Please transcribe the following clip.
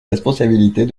responsabilités